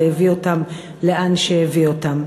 והביא אותם לאן שהביא אותם,